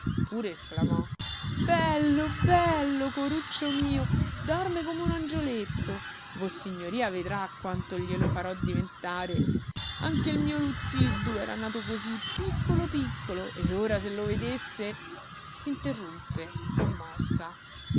pure esclamò bello bello coruccio mio dorme come un angioletto vossignoria vedrà quanto glielo farò diventare anche il mio luzziddu era nato così piccolo piccolo e ora se lo vedesse s'interruppe commossa